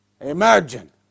imagine